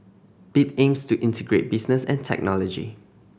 bit aims to integrate business and technology